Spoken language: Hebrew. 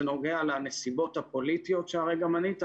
זה נוגע לנסיבות הפוליטיות שהרגע מנית,